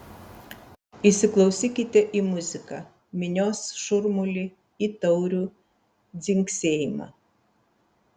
įsiklausykite į muziką minios šurmulį į taurių dzingsėjimą